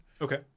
Okay